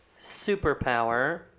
superpower